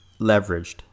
leveraged